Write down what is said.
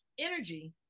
energy